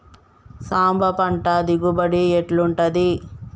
సాంబ పంట దిగుబడి ఎట్లుంటది?